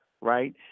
right